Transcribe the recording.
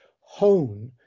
hone